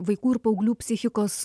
vaikų ir paauglių psichikos